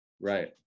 Right